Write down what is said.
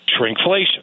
shrinkflation